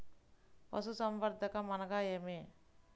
పశుసంవర్ధకం అనగా ఏమి?